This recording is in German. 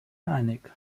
einig